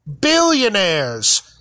Billionaires